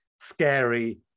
scary